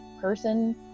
person